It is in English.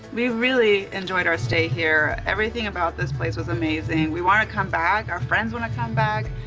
we really enjoyed our stay here. everything about this place was amazing. we want to come back. our friends when i come back.